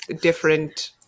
different